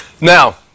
now